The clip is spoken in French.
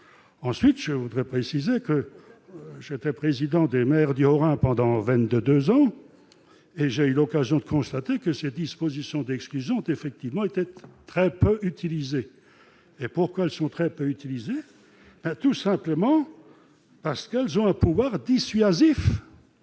ensuite je voudrais préciser que j'étais président des maires du Haut-Rhin pendant 22 ans, et j'ai eu l'occasion de constater que ces dispositions d'exclusion ont effectivement était très peu utilisé et pourquoi elles sont très peu utilisés ben tout simplement parce qu'elles ont un pouvoir dissuasif